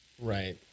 Right